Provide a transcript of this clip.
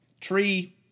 tree